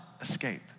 escape